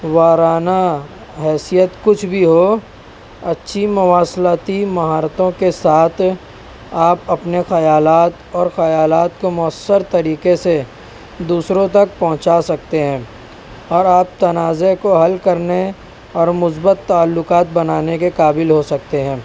وارانہ حیثیت کچھ بھی ہو اچھی مواصلاتی مہارتوں کے ساتھ آپ اپنے خیالات اور خیالات کو مؤثر طریقہ سے دوسروں تک پہنچا سکتے ہیں اور آپ تنازع کو حل کرنے اور مثبت تعلقات بنانے کے قابل ہو سکتے ہیں